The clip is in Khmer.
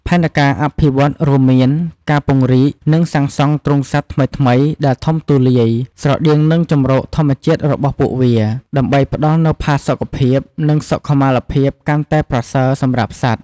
ផែនការអភិវឌ្ឍន៍រួមមានការពង្រីក និងសាងសង់ទ្រុងសត្វថ្មីៗដែលធំទូលាយ ស្រដៀងនឹងជម្រកធម្មជាតិរបស់ពួកវា ដើម្បីផ្តល់នូវផាសុកភាព និងសុខុមាលភាពកាន់តែប្រសើរសម្រាប់សត្វ។